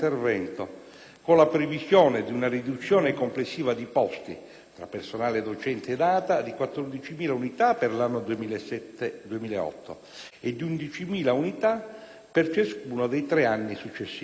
con la previsione di una riduzione complessiva di posti, tra personale docente ed ATA, di 14.000 unità per l'anno 2007-2008 e di 11.000 unità per ciascuno dei tre anni successivi.